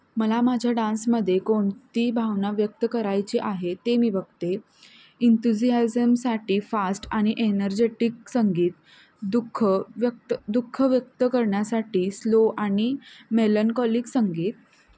मला माझ्या डान्समध्ये कोणती भावना व्यक्त करायची आहे ते मी बघते इंंतुझियाझमसाठी फास्ट आणि एनर्जेटिक संगीत दुःख व्यक्त दुःख व्यक्त करण्यासाठी स्लो आणि मेलनकॉलिक संगीत